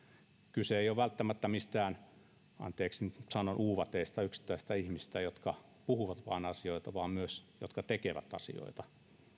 kyse ei ole välttämättä mistään anteeksi nyt sanon uuvateista yksittäisistä ihmisistä jotka vain puhuvat asioita vaan myös niistä jotka tekevät asioita